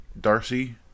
Darcy